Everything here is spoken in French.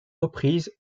reprises